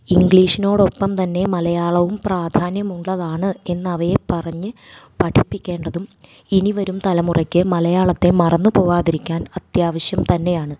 ഇംഗ്ലീഷിനോടൊപ്പം തന്നെ മലയാളവും പ്രാധാന്യമുള്ളതാണ് എന്നവരെ പറഞ്ഞ് പഠിപ്പിക്കേണ്ടതും ഇനി വരും തലമുറക്ക് മലയാളത്തെ മറന്ന് പോവാതിരിക്കാൻ അത്യാവശ്യം തന്നെയാണ്